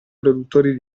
produttori